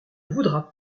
voudras